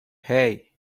hey